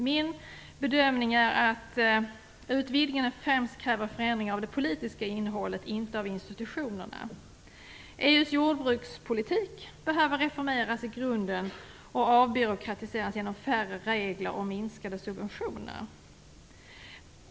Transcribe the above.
Min bedömning är att utvidgningen främst kräver förändringar av det politiska innehållet, inte av institutionerna. EU:s jordbrukspolitik behöver reformeras i grunden och avbyråkratiseras genom färre regler och minskade subventioner.